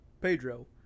Pedro